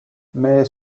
mais